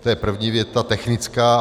To je první věta technická.